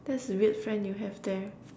that's a weird friend you have there